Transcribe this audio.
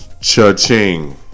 Cha-ching